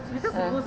mm